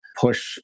push